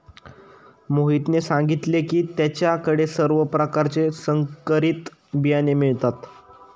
मोहितने सांगितले की त्याच्या कडे सर्व प्रकारचे संकरित बियाणे मिळतात